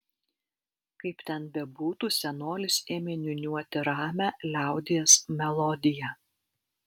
kaip ten bebūtų senolis ėmė niūniuoti ramią liaudies melodiją